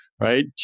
right